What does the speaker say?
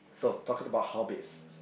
so talking about hobbies